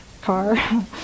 car